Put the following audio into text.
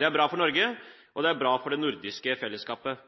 Det er bra for Norge, og det er bra for det nordiske fellesskapet.